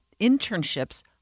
internships